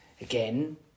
again